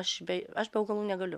aš be aš be augalų negaliu